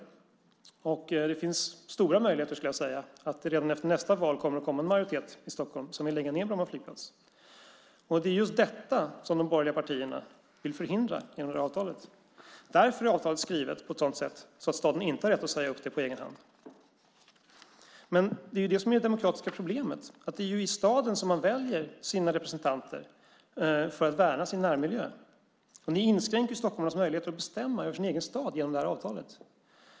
Jag skulle vilja säga att det finns stora möjligheter att det redan efter nästa val kommer att komma en majoritet i Stockholm som vill lägga ned Bromma flygplats. Det är just detta som de borgerliga partierna vill förhindra genom avtalet. Därför är det skrivet på ett sådant sätt att staden inte har rätt att säga upp det på egen hand. Det är det som är det demokratiska problemet. Det är i staden man väljer sina representanter för att värna sin närmiljö. Ni inskränker stockholmarnas möjligheter att bestämma över sin egen stad genom det här avtalet.